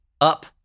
up